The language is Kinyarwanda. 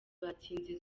batsinze